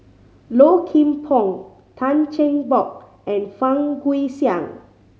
Low Kim Pong Tan Cheng Bock and Fang Guixiang